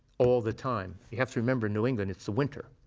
all the time. you have to remember, new england, it's the winter,